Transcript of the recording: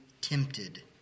tempted